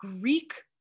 Greek